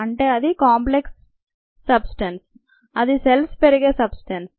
అంటే అది complex substance అదిసెల్స్ పెరిగే సబ్స్ట న్స్